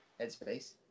headspace